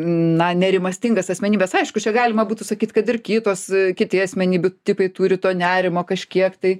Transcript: na nerimastingas asmenybes aišku čia galima būtų sakyt kad ir kitos kiti asmenybių tipai turi to nerimo kažkiek tai